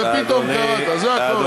ופתאום קראת, זה הכול.